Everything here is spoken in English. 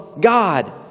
God